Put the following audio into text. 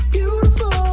Beautiful